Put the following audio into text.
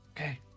Okay